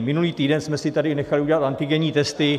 Minulý týden jsme si tady nechali udělat antigenní testy.